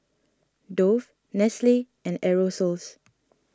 Dove Nestle and Aerosoles